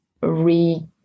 re